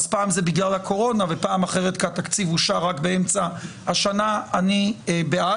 פעם זה בגלל הקורונה ופעם אחרת כי התקציב אושר רק באמצע השנה אני בעד.